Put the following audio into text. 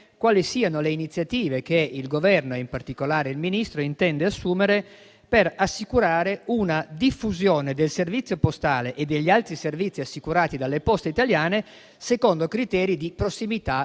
quali siano le iniziative che il Governo, e in particolare il Ministro, intende assumere per assicurare una diffusione del servizio postale e degli altri servizi assicurati dalle Poste Italiane secondo criteri di prossimità